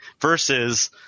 versus